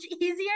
easier